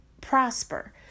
prosper